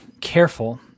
careful